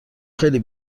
خیلی